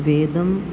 वेदम्